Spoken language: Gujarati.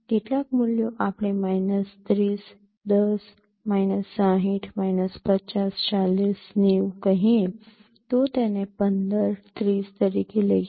કેટલાક મૂલ્યો આપણે માઈનસ ૩૦ ૧૦ માઈનસ ૬૦ માઈનસ ૫૦ ૪૦ ૯૦ કહીએ તો તેને ૧૫ ૩૦ તરીકે લઈએ